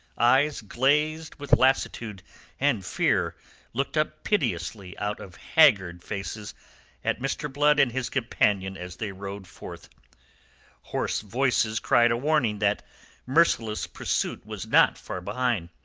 eyes glazed with lassitude and fear looked up piteously out of haggard faces at mr. blood and his companion as they rode forth hoarse voices cried a warning that merciless pursuit was not far behind.